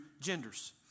genders